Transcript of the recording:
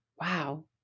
wow